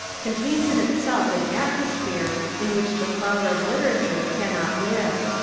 contains in itself an atmosphere in which the flower of literature cannot live.